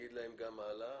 להגיד להם גם הלאה,